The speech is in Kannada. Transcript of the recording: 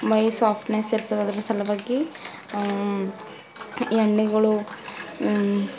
ಮೈಯ್ಯಿ ಸಾಫ್ಟ್ನೆಸ್ ಇರ್ತದೆ ಅದರ ಸಲುವಾಗಿ ಎಣ್ಣೆಗಳು